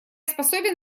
способен